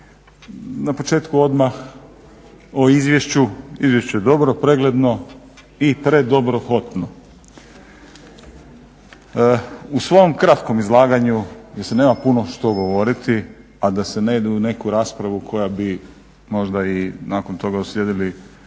Na početku odmah o izvješću. Izvješće je dobro, pregledno i predobrohotno. U svom kratkom izlaganju jer se nema što puno govoriti a da se ne ide u neku raspravu koja bi možda i nakon toga uslijedili